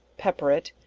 pepper it,